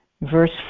verse